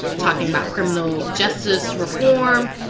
talking about criminal justice reform.